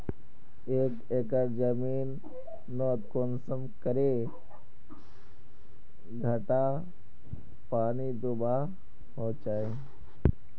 एक एकर जमीन नोत कुंसम करे घंटा पानी दुबा होचए?